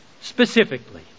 Specifically